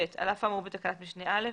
(ב) על אף האמור בתקנת משנה (א),